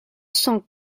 cent